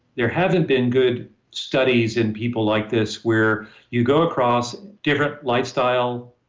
there haven't been good studies in people like this where you go across different lifestyle,